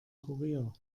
kurier